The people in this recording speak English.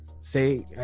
say